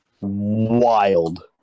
Wild